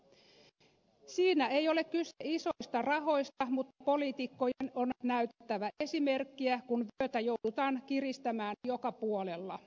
siinä ei ole kyse isoista rahoista mutta poliitikkojen on näytettävä esimerkkiä kun vyötä joudutaan kiristämään joka puolella